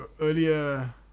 earlier